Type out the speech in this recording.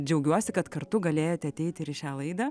džiaugiuosi kad kartu galėjote ateiti ir į šią laidą